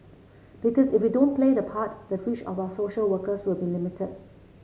because if we don't play that part the reach of our social workers will be limited